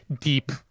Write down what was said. deep